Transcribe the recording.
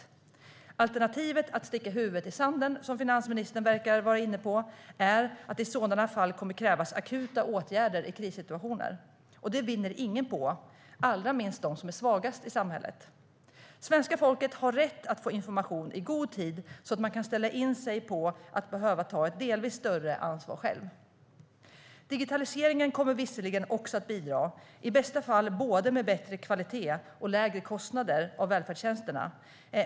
Med alternativet att sticka huvudet i sanden, som finansministern verkar vara inne på, kommer det att krävas akuta åtgärder i krissituationer. Det vinner ingen på, allra minst de som är svagast i samhället. Svenska folket har rätt att få information i god tid, så att man kan ställa in sig på att behöva ta ett delvis större ansvar själv. Digitaliseringen kommer visserligen också att bidra, i bästa fall med både bättre kvalitet och lägre kostnader för välfärdstjänsterna.